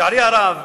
לצערי הרב,